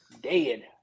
dead